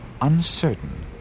uncertain